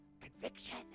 conviction